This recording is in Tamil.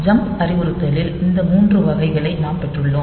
ஜம்ப் அறிவுறுத்தலில் இந்த 3 வகைகளை நாம் பெற்றுள்ளோம்